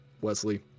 Wesley